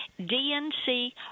DNC